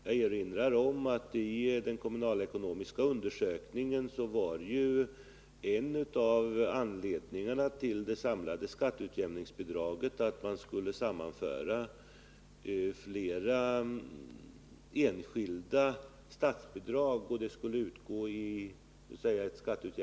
Jag erinrar också om att i samband med den kommunalekonomiska undersökningen klargjordes att i det samlade skatteutjämningsbidraget skulle inräknas flera enskilda statsbidrag.